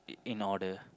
in order